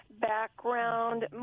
background